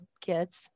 kids